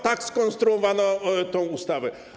Tak skonstruowano tę ustawę.